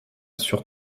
sur